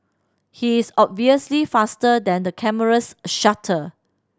he is obviously faster than the camera's shutter